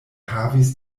havis